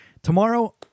Tomorrow